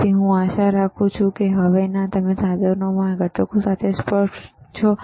તેથી હું આશા રાખું છું કે હવે તમે આ સાધનોમાં આ ઘટકો સાથે સ્પષ્ટ છો